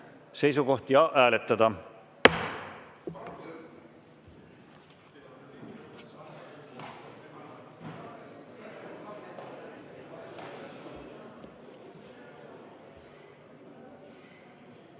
seisukoht ja hääletada!